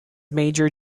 major